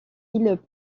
îles